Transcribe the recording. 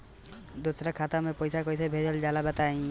दोसरा खाता में पईसा कइसे भेजल जाला बताई?